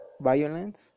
violence